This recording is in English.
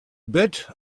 bet